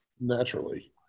Naturally